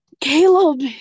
Caleb